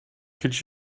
could